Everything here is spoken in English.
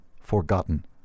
forgotten